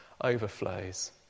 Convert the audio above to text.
overflows